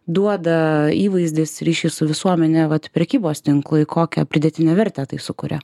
duoda įvaizdis ryšiai su visuomene vat prekybos tinklai kokią pridėtinę vertę tai sukuria